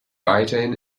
weiterhin